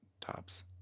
tops